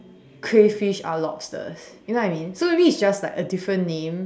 crayfish are lobsters you know what I mean so maybe it's just like a different name